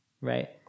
right